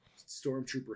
Stormtrooper